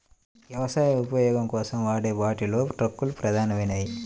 వ్యవసాయ ఉపయోగం కోసం వాడే వాటిలో ట్రక్కులు ప్రధానమైనవి